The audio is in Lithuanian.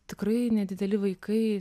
tikrai nedideli vaikai